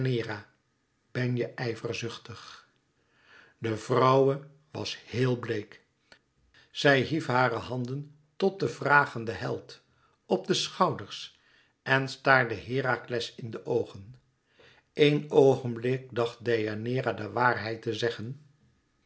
ben je ijverzuchtig de vrouwe was heél bleek zij hief hare handen tot den vragenden held op de schouders en staarde herakles in de oogen eén oogenblik dacht deianeira de waarheid te zeggen